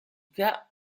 cas